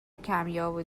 کمیاب